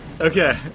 Okay